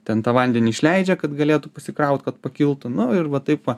ten tą vandenį išleidžia kad galėtų pasikraut kad pakiltų nu ir va taip va